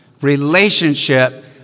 relationship